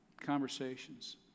conversations